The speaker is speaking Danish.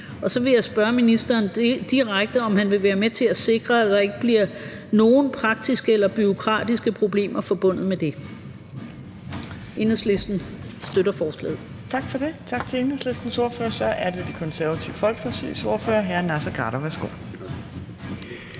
Og så vil jeg spørge ministeren direkte, om han vil være med til at sikre, at der ikke bliver nogen praktiske eller bureaukratiske problemer forbundet med det. Enhedslisten støtter forslaget. Kl. 14:41 Fjerde næstformand (Trine Torp): Tak til Enhedslistens ordfører. Så er det Det Konservative Folkepartis ordfører, hr. Naser Khader. Værsgo.